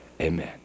amen